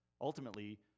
ultimately